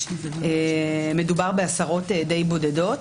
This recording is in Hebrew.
מדובר בעשרות די בודדות.